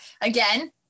Again